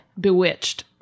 bewitched